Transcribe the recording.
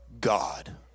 God